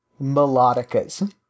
melodicas